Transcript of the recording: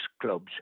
clubs